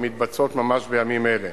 המתבצעות ממש בימים אלה: